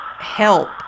help